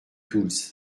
tools